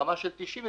ברמה של 99.9%,